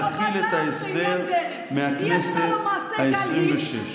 -- להחיל את ההסדר מהכנסת העשרים-ושש.